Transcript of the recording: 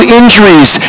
injuries